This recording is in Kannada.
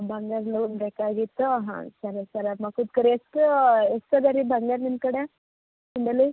ಬಂಗಾರ್ದ ಲೋನ್ ಬೇಕಾಗಿತ್ತಾ ಹಾಂ ಸರಿ ಸರಿ ಅದು ಮೊಕದ್ ಕಡೆ ಎಷ್ಟು ಎಷ್ಟದ ರೀ ಬಂಗಾರ ನಿಮ್ಮ ಕಡೆ ನಿಮ್ಮಲ್ಲಿ